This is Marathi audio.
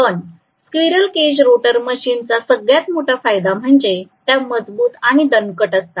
पण स्क्विरल केज रोटर मशीन चा सगळ्यात मोठा फायदा म्हणजे त्या मजबूत आणि दणकट असतात